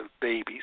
babies